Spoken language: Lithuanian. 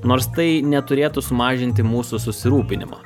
nors tai neturėtų sumažinti mūsų susirūpinimo